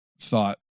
thought